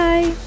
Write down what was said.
Bye